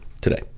today